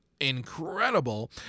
incredible